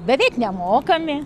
beveik nemokami